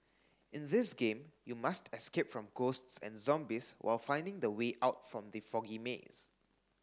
in this game you must escape from ghosts and zombies while finding the way out from the foggy maze